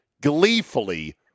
gleefully